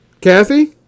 Kathy